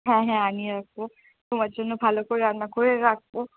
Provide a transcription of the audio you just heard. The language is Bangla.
হ্যাঁ হ্যাঁ আনিয়ে রাখবো তোমার জন্য ভালো করে রান্না করে রাখবো